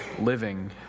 living